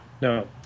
No